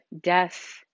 death